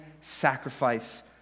sacrifice